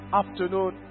afternoon